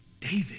David